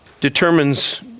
determines